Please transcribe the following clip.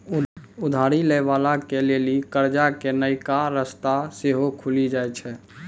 उधारी लै बाला के लेली कर्जा के नयका रस्ता सेहो खुलि जाय छै